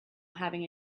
having